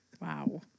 wow